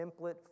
template